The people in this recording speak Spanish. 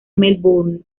melbourne